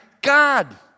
God